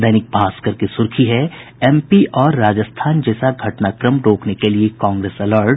दैनिक भास्कर की सुर्खी है एमपी और राजस्थान जैसा घटनाक्रम रोकने के लिए कांग्रेस अलर्ट